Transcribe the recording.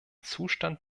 zustand